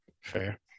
Fair